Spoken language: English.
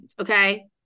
okay